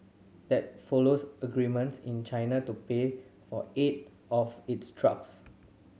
that follows agreements in China to pay for eight of its drugs